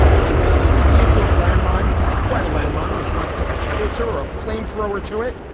she knows that the issue of landmines is quite a landmine and she wants take a howitzer or a flamethrower to it.